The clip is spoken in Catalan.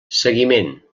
seguiment